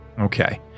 Okay